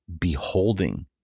beholding